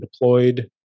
Deployed